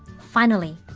finally,